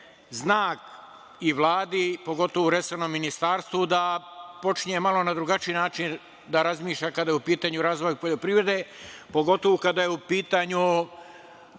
znak i Vladi, pogotovo resornom ministarstvu da počinje malo na drugačiji način da razmišljanja kada je u pitanju razvoj poljoprivrede, pogotovo kada je u pitanju